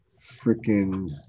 freaking